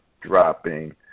dropping